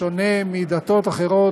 בשונה מדתות אחרות,